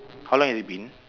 how long has it been